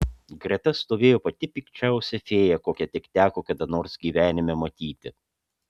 greta stovėjo pati pikčiausia fėja kokią tik teko kada nors gyvenime matyti